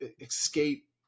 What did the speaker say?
escape